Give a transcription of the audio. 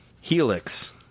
Helix